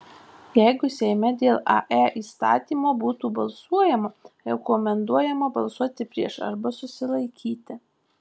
jeigu seime dėl ae įstatymo būtų balsuojama rekomenduojama balsuoti prieš arba susilaikyti